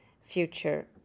future